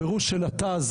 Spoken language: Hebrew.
הפירוש של הט"ז,